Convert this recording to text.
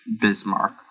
Bismarck